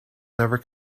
never